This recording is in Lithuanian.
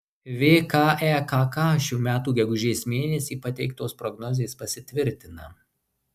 vkekk šių metų gegužės mėnesį pateiktos prognozės pasitvirtina